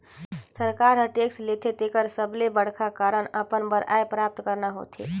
सरकार हर टेक्स लेथे तेकर सबले बड़खा कारन अपन बर आय प्राप्त करना होथे